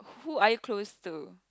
who are you close to